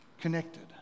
connected